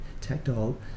tactile